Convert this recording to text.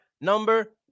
number